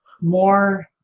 more